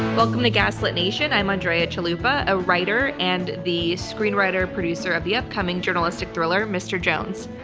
welcome to gaslit nation. i'm andrea chalupa, a writer and the screenwriter-producer of the upcoming journalistic thriller mr. jones.